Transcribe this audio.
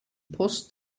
post